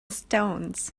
stones